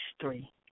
three